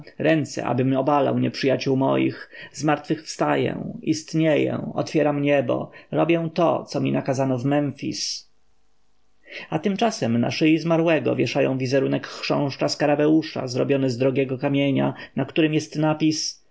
ręce abym obalał nieprzyjaciół moich zmartwychwstaję istnieję otwieram niebo robię to co mi nakazano w memfis a tymczasem na szyi zmarłego wieszają wizerunek chrząszcza skarabeusza zrobiony z drogiego kamienia na którym jest napis